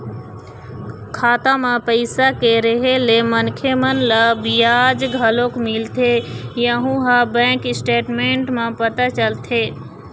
खाता म पइसा के रेहे ले मनखे मन ल बियाज घलोक मिलथे यहूँ ह बैंक स्टेटमेंट म पता चलथे